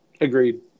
Agreed